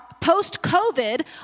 post-COVID